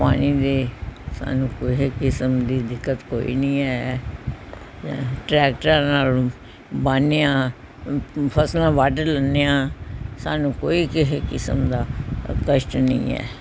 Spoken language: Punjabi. ਪਾਣੀ ਦੇ ਸਾਨੂੰ ਕਿਸੇ ਕਿਸਮ ਦੀ ਦਿੱਕਤ ਕੋਈ ਨਹੀਂ ਹੈ ਟਰੈਕਟਰਾਂ ਨਾਲ ਵਾਹੁੰਦੇ ਹਾਂ ਫ਼ਸਲਾਂ ਵੱਢ ਲੈਂਦੇ ਹਾਂ ਸਾਨੂੰ ਕੋਈ ਕਿਸੇ ਕਿਸਮ ਦਾ ਕਸ਼ਟ ਨਹੀਂ ਹੈ